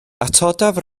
atodaf